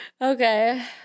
Okay